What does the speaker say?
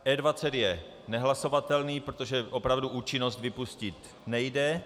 E20 je nehlasovatelný, protože opravdu účinnost vypustit nejde.